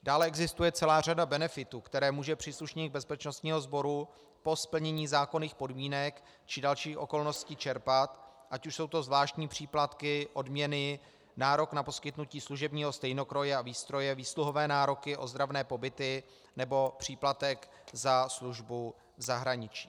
Dále existuje celá řada benefitů, které může příslušník bezpečnostního sboru po splnění zákonných podmínek či dalších okolností čerpat, ať už jsou to zvláštní příplatky, odměny, nárok na poskytnutí služebního stejnokroje a výstroje, výsluhové nároky, ozdravné pobyty nebo příplatek za službu v zahraničí.